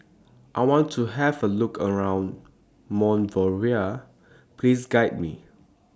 I want to Have A Look around Monrovia Please Guide Me